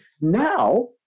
Now